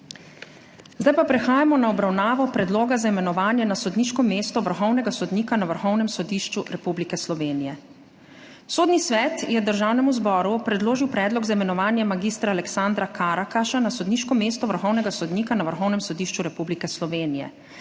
delo. Prehajamo na obravnavo Predloga za imenovanje na sodniško mesto vrhovnega sodnika na Vrhovnem sodišču Republike Slovenije.Sodni svet je Državnemu zboru predložil predlog za imenovanje mag. Aleksandra Karakaša na sodniško mesto vrhovnega sodnika na Vrhovnem sodišču Republike Slovenije.